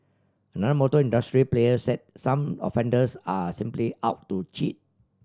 another motor industry player said some offenders are simply out to cheat